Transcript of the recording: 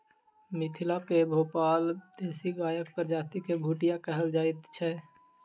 मिथिला मे पाओल देशी गायक प्रजाति के भुटिया कहल जाइत छै